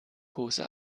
pose